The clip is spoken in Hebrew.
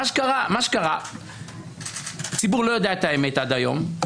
מה שקרה שהציבור לא יודע את האמת עד היום.